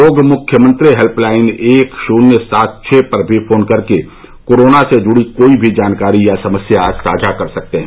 लोग मुख्यमंत्री हेल्पलाइन एक शून्य सात छ पर भी फोन कर के कोरोना से जुड़ी कोई भी जानकारी या समस्या साझा कर सकते हैं